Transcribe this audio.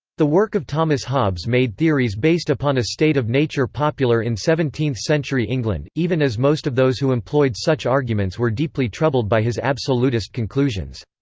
the work of thomas hobbes made theories based upon a state of nature popular in seventeenth century england, even as most of those who employed such arguments were deeply troubled by his absolutist conclusions.